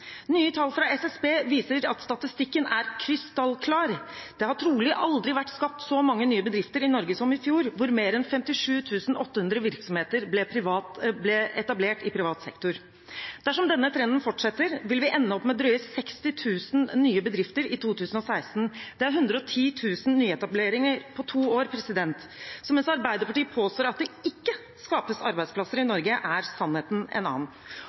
Nye tall fra SSB viser at statistikken er krystallklar: Det har trolig aldri vært skapt så mange nye bedrifter i Norge som i fjor, da mer enn 57 800 virksomheter ble etablert i privat sektor. Dersom denne trenden fortsetter, vil vi ende opp med drøye 60 000 nye bedrifter i 2016. Det er 110 000 nyetableringer på to år. Så mens Arbeiderpartiet påstår at det ikke skapes arbeidsplasser i Norge, er sannheten en annen.